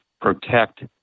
protect